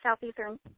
southeastern